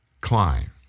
Klein